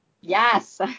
Yes